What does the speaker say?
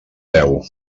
deu